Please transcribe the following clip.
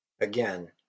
Again